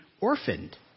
orphaned